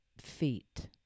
feet